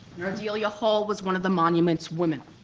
and ardelia hall was one of the monuments women.